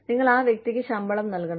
നിങ്ങൾ ആ വ്യക്തിക്ക് ശമ്പളം നൽകണം